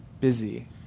busy